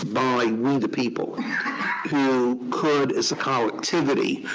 by we the people who could, as a collectivity,